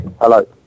Hello